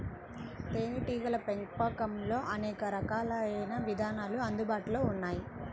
తేనీటీగల పెంపకంలో అనేక రకాలైన విధానాలు అందుబాటులో ఉన్నాయి